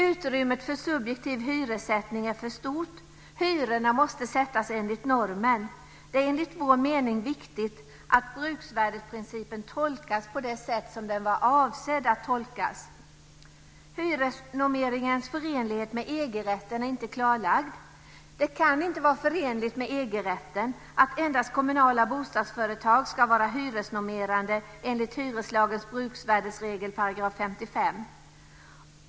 Utrymmet för subjektiv hyressättning är för stort. Hyrorna måste sättas enligt normen. Det är enligt vår mening viktigt att bruksvärdesprincipen tolkas på det sätt den var avsedd att tolkas. Hyresnormeringens förenlighet med EG-rätten är inte klarlagd. Det kan inte vara förenligt med EG § 55.